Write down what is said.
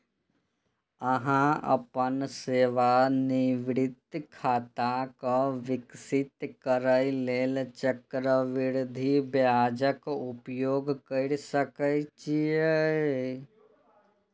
अहां अपन सेवानिवृत्ति खाता कें विकसित करै लेल चक्रवृद्धि ब्याजक उपयोग कैर सकै छी